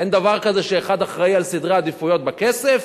אין דבר כזה שאחד אחראי על סדרי העדיפויות בכסף